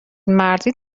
مردی